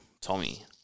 Tommy